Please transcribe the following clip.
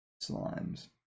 Slimes